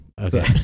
Okay